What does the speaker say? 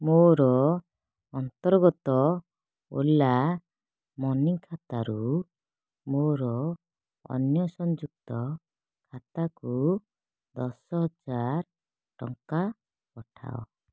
ମୋର ଅନ୍ତର୍ଗତ ଓଲା ମନି ଖାତାରୁ ମୋର ଅନ୍ୟ ସଂଯୁକ୍ତ ଖାତାକୁ ଦଶ ହଜାର ଟଙ୍କା ପଠାଅ